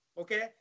okay